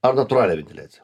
ar natūralią ventiliaciją